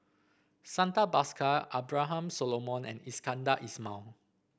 Santha Bhaskar Abraham Solomon and Iskandar Ismail